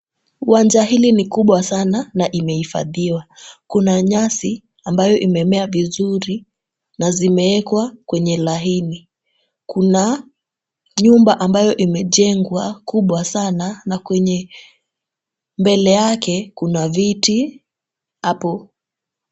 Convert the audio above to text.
Uwanja hili ni kubwa sana na imehifadhiwa. Kuna nyasi ambayo imemea vizuri na zimeekwa kwenye laini. Kuna nyumba ambayo imejengwa kubwa sana na kwenye mbele yake kuna viti hapo.